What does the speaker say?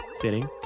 fitting